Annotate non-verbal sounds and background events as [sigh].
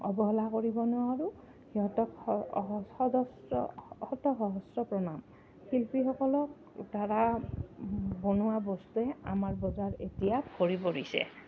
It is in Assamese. অৱহেলা কৰিব নোৱাৰোঁ সিহঁতক [unintelligible] সহস্ৰ প্ৰণাম শিল্পীসকলক দ্বাৰা বনোৱা বস্তুৱে আমাৰ বজাৰ এতিয়া ভৰি পৰিছে